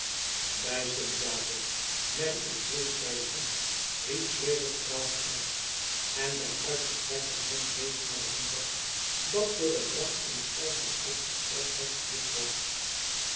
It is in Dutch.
bij sint japik men is reeds bij de hand riep zweder verbaasd uit en zijn uitgestrekte hand wees naar het moeras dat door den brand in al zijn uitgestrektheid verlicht was